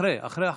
בבקשה, אדוני,